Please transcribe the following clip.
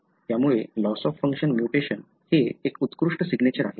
त्यामुळे loss of function म्यूटेशनसाठी हे एक उत्कृष्ट सिग्नेचर आहे